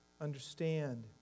understand